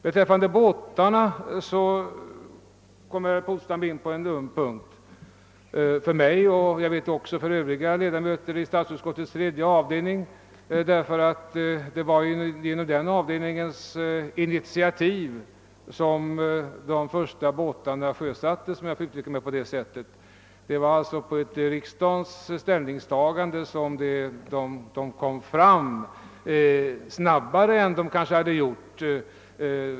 Beträffande båtarna kommer herr Polstam in på en öm punkt för mig och övriga ledamöter i statsutskottets tredje avdelning. Det var nämligen på den avdelningens initiativ som de första båtarna sjösattes. Det kan alltså sägas att det var på grund av ett riksdagens ställningstagande som de kom fram snabbare än de väl annars hade gjort.